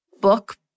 book